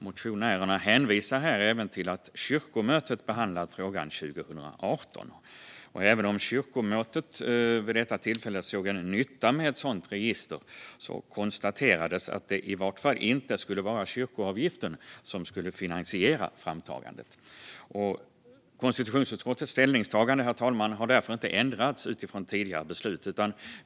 Motionärerna hänvisar här även till att kyrkomötet behandlat frågan 2018. Även om kyrkomötet vid detta tillfälle såg en nytta med ett sådant register konstaterades att det i vart fall inte skulle vara kyrkoavgiften som skulle finansiera framtagandet. Konstitutionsutskottets ställningstagande, herr talman, har därför inte ändrats utifrån tidigare beslut.